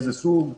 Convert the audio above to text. מאיזה סוג.